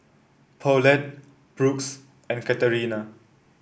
Paulette Brooks and Katarina